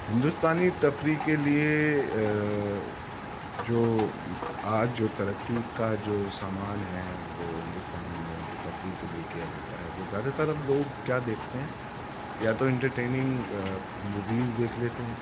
ہندوستانی تفریح کے لئے جو آج جو ترقی کا جو سامان ہے وہ ہندوستان میں جو تفریح کے لئے کیا جاتا ہے وہ زیادہ تر اب لوگ کیا دیکھتے ہیں یا تو انٹرٹیننگ موویز دیکھ لیتے ہیں